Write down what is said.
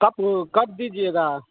कब कब दीजिएगा